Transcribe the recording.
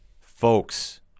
folks